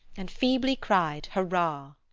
and feebly cried hurrah!